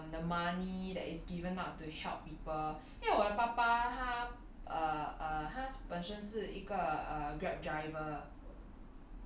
like um the money that is given out to help people 因为我爸爸他 err 是本身是一个 a grab driver